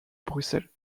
bruxelles